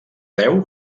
deu